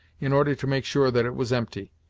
in order to make sure that it was empty.